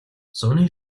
зуны